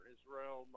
Israel